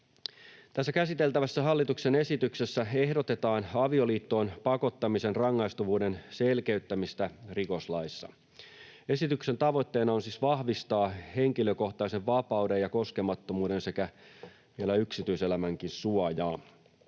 Tässä käsiteltävässä hallituksen esityksessä ehdotetaan avioliittoon pakottamisen rangaistavuuden selkeyttämistä rikoslaissa. Esityksen tavoitteena on siis vahvistaa henkilökohtaisen vapauden ja koskemattomuuden sekä vielä yksityiselämänkin suojaa.